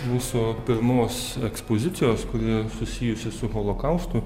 mūsų pirmos ekspozicijos kuri susijusi su holokaustu